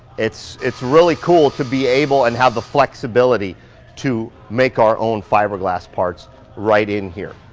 it's it's really cool to be able and have the flexibility to make our own fiberglass parts right in here.